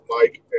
Mike